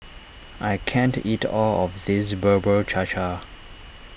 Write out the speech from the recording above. I can't eat all of this Bubur Cha Cha